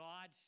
God